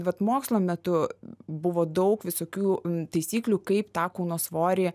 vat mokslo metu buvo daug visokių taisyklių kaip tą kūno svorį